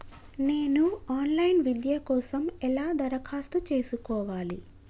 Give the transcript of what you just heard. నేను online విద్య కోసం ఎలా దరఖాస్తు చేసుకోవాలి?